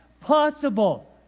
possible